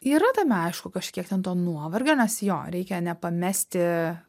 yra tame aišku kažkiek ten to nuovargio nes jo reikia nepamesti